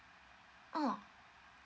oh